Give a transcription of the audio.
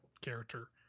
character